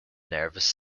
nervous